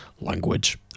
Language